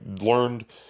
learned